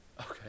Okay